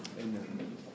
Amen